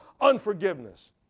Unforgiveness